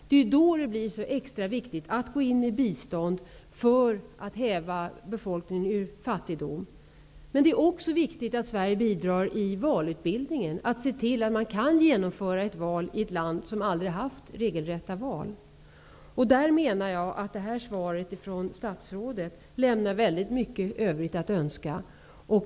Det är då det blir extra viktigt att gå in med bistånd för att hjälpa befolkningen ur fattigdom. Men det är också viktigt att Sverige bidrar i en valutbildning och ser till att de kan genomföra ett val, i ett land som aldrig har haft regelrätta val. Jag menar därför att det här svaret från statsrådet lämnar mycket i övrigt att önska.